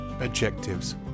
Adjectives